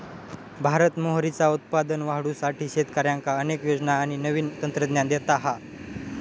भारत मोहरीचा उत्पादन वाढवुसाठी शेतकऱ्यांका अनेक योजना आणि नवीन तंत्रज्ञान देता हा